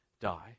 die